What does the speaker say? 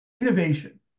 innovation